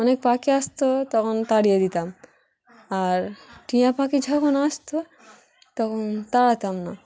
অনেক পাখি আসতো তখন তাড়িয়ে দিতাম আর টিয়া পাখি যখন আসতো তখন তাড়াতাম না